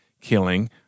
killing